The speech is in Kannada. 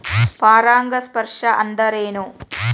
ಪರಾಗಸ್ಪರ್ಶ ಅಂದರೇನು?